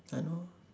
I know